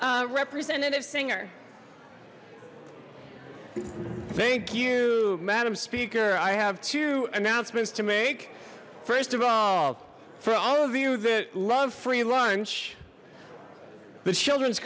four representative singer thank you madam speaker i have two announcements to make first of all for all of you that love free lunch the children's